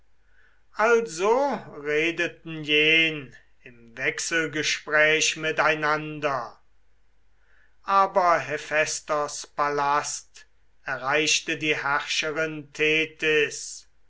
also redeten jen im wechselgespräch miteinander aber hephästos palast erreichte die herrscherin thetys